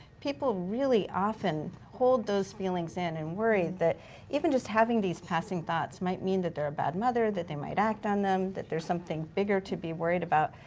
people really often hold those feelings in and worry that even just having these passing thoughts might mean that they're a bad mother, that they might act on them, that there's something bigger to be worried about.